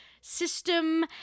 system